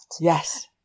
Yes